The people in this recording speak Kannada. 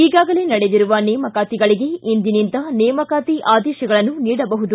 ಈಗಾಗಲೇ ನಡೆದಿರುವ ನೇಮಕಾತಿಗಳಿಗೆ ಇಂದಿನಿಂದ ನೇಮಕಾತಿ ಆದೇಶಗಳನ್ನು ನೀಡಬಹುದು